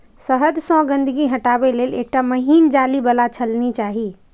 शहद सं गंदगी हटाबै लेल एकटा महीन जाली बला छलनी चाही